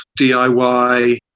DIY